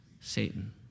Satan